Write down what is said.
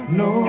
no